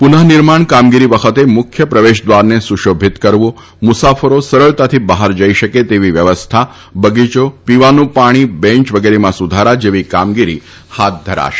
પુનઃ નિર્માણ કામગીરી વખતે મુખ્ય પ્રવેશ દ્વારને સુશોભિત કરવું મુસાફરો સરળતાથી બહાર જઈ શકે તેવી વ્યવસ્થા બગીયો પીવાનું પાણી બેંચ વગેરેમાં સુધારા જેવી કામગીરી હાધ ધરાશે